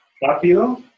rápido